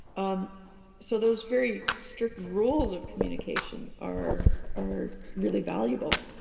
um so, those very strict rules of communication are are really valuable.